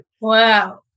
Wow